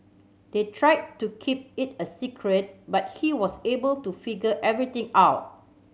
they tried to keep it a secret but he was able to figure everything out